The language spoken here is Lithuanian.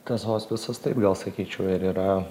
tas hospisas taip gal sakyčiau ir yra